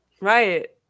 Right